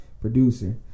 producer